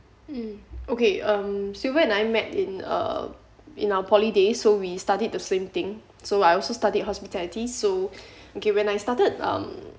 um okay um sylvia and I met in uh in our poly day so we studied the same thing so I also studied hospitality so okay when I started um